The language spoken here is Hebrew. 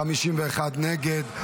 51 נגד,